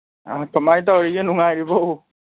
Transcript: ꯑ ꯀꯃꯥꯏ ꯇꯧꯔꯤꯒꯦ ꯅꯨꯡꯉꯥꯏꯔꯤꯕꯣ